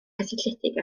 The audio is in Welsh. gysylltiedig